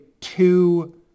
two